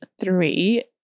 three